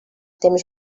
temps